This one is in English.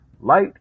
Light